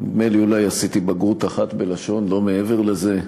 נדמה לי אולי עשיתי בגרות אחת בלשון, לא מעבר לזה.